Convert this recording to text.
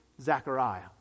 Zechariah